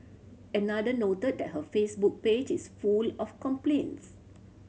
another noted that her Facebook page is full of complaints